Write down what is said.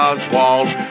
Oswald